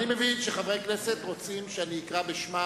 אני מבין שחברי הכנסת רוצים שאני אקרא בשמם,